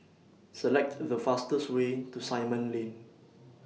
Select The fastest Way to Simon Lane